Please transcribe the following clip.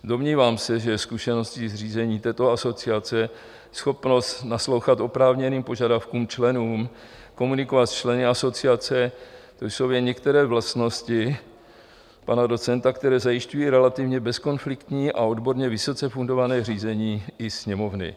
Domnívám se, že zkušenosti z řízení této asociace, schopnost naslouchat oprávněným požadavkům členů, komunikovat s členy asociace, to jsou jen některé vlastnosti pana docenta, které zajišťují relativně bezkonfliktní a odborně vysoce fundované řízení i Sněmovny.